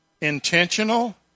intentional